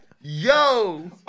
Yo